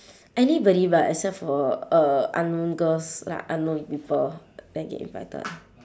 anybody but except for uh unknown girls like unknown people that get invited